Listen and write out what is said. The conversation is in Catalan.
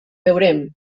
veurem